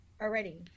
already